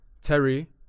Terry